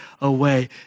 away